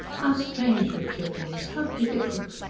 how strange richard was. how difficult!